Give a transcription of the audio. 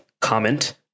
comment